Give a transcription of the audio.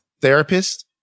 therapist